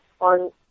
on